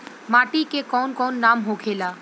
माटी के कौन कौन नाम होखेला?